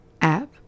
app